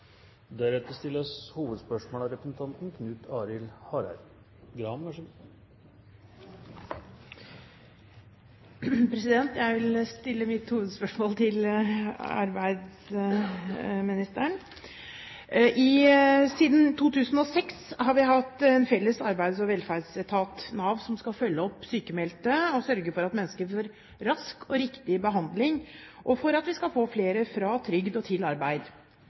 Jeg vil stille mitt hovedspørsmål til arbeidsministeren. Siden 2006 har vi hatt en felles arbeids- og velferdsetat, Nav, som skal følge opp sykmeldte og sørge for at mennesker får rask og riktig behandling, slik at vi skal få flere fra trygd til arbeid. Siden 2006 har også antall mennesker som ikke kommer tilbake til arbeid,